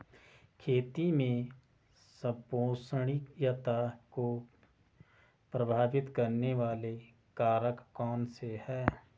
खेती में संपोषणीयता को प्रभावित करने वाले कारक कौन से हैं?